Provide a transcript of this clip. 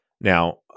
Now